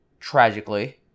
tragically